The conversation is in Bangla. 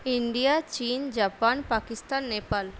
ইন্ডিয়া চীন জাপান পাকিস্তান নেপাল